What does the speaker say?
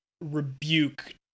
rebuke